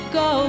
go